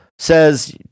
says